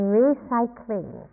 recycling